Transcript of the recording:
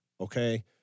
okay